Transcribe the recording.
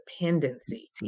dependency